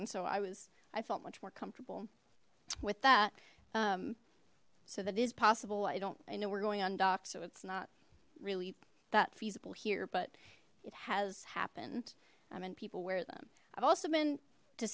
and so i was i felt much more comfortable with that so that is possible i don't i know we're going on dock so it's not really that feasible here but it has happened i mean people wear them i've also been to